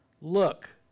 Look